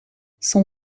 son